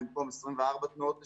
במקום 24 תנועות לשעה.